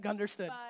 Understood